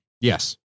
Yes